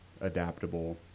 adaptable